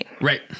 Right